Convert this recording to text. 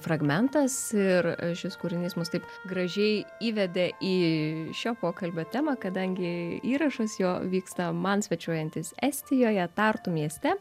fragmentas ir šis kūrinys mus taip gražiai įvedė į šio pokalbio temą kadangi įrašas jo vyksta man svečiuojantis estijoje tartu mieste